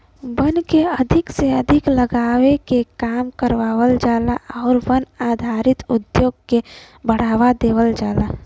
वन के अधिक से अधिक लगावे के काम करावल जाला आउर वन आधारित उद्योग के बढ़ावा देवल जाला